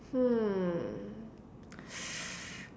hmm